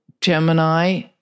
Gemini